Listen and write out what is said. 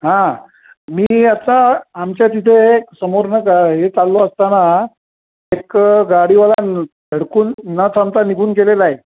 हा मी आता आमच्या तिथे समोरनं हे चालू असताना एक गाडीवाला धडकून न थांबता निघून गेलेला आहे